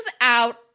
out